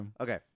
Okay